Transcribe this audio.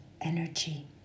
energy